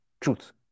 Truth